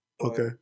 Okay